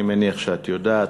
אני מניח שאת יודעת,